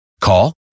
Call